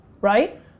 right